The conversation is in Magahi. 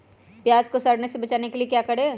प्याज को सड़ने से बचाने के लिए क्या करें?